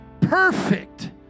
perfect